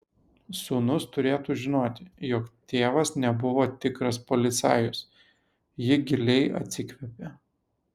sūnus turėtų žinoti jog tėvas nebuvo tikras policajus ji giliai atsikvėpė